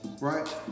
right